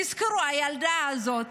תזכרו: הילדה הזאת